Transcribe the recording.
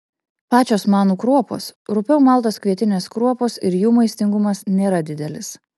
pačios manų kruopos rupiau maltos kvietinės kruopos ir jų maistingumas nėra didelis